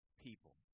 people